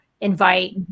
invite